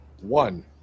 One